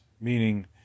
Meaning